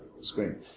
screen